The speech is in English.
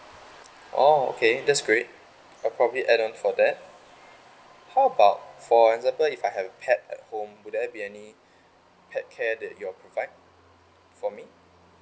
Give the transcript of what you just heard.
oh okay that's great I'll probably add on for that how about for example if I have a pet at home will there be any pet care that you all provide for me